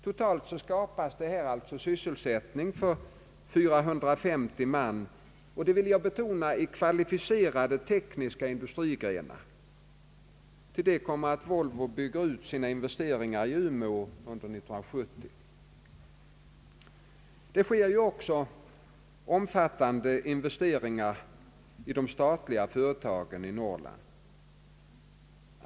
Totalt skapas här sysselsättning för 450 man i — det vill jag betona kvalificerade tekniska industrigrenar. Till detta kommer att Volvo skall bygga ut sina investeringar i Umeå under år 1970. Det görs också omfattande investeringar i de statliga företagen i Norrland.